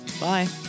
Bye